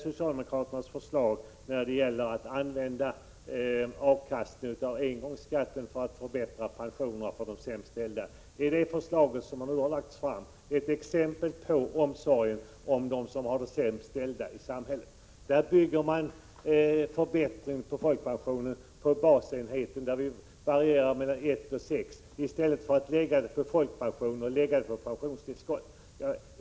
Socialdemokraterna sade i höstas att man skall använda avkastningen av engångsskatten till att förbättra pensionerna för de sämst ställda. Är det förslag som nu har lagts fram ett exempel på omsorgen om dem som har det sämst ställt i samhället? Man förbättrar pensionen genom att höja basbeloppet, vilket påverkar ATP-pensionen och ger mest till den som har högst pension, i stället för att höja folkpensionen och pensionstillskottet.